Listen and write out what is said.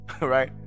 Right